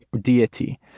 deity